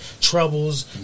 troubles